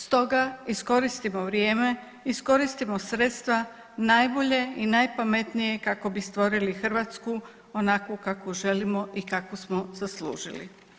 Stoga iskoristimo vrijeme, iskoristimo sredstva najbolje i najpametnije kako bi stvorili Hrvatsku onakvu kakvu želimo i kakvu smo zaslužili.